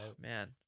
man